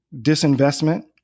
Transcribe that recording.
disinvestment